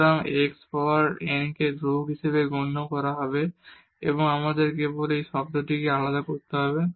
সুতরাং x power n কে ধ্রুবক হিসেবে গণ্য করা হবে এবং আমাদের কেবল এই শব্দটিকে আলাদা করতে হবে